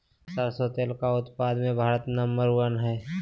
सरसों तेल के उत्पाद मे भारत नंबर वन हइ